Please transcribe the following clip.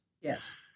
Yes